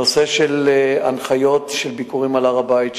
לנושא של הנחיות לביקורים על הר-הבית,